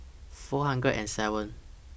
four hundred and seven